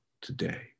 today